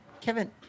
Kevin